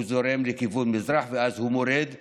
הוא זורם לכיוון מזרח, אז הוא מורד בכיוון.